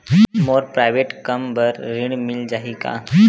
मोर private कम बर ऋण मिल जाही का?